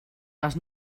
les